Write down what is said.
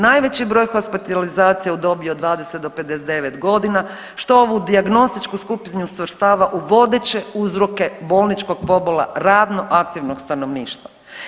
Najveći broj hospitalizacija je u dobi od 20 do 59.g. što ovu dijagnostičku skupinu svrstava u vodeće uzroke bolničkog pobola radno aktivnog stanovništva.